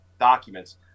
documents